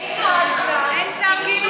אין שר משיב.